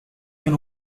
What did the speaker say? can